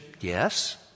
yes